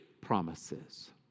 promises